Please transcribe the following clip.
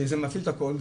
שזה מפעיל את הכול,